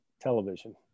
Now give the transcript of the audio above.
television